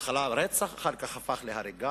בהתחלה על רצח, אחר כך הפך להריגה.